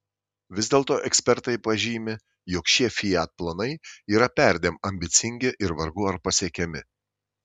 vis dėlto ekspertai pažymi jog šie fiat planai yra perdėm ambicingi ir vargu ar pasiekiami